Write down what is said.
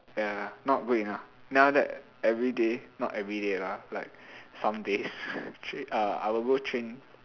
yeah not good enough then after that everyday not everyday lah like some days actually I will go train